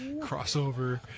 Crossover